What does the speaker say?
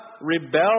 rebel